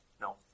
No